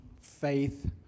faith